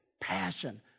Passion